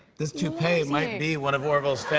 this toupee might be one of orville's